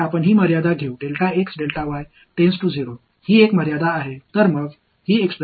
நீங்கள் இங்கே கர்ல் வெளிப்பாட்டை உருவாக்கினால் இது கர்ல் இன் எந்த கூறு ஆகும்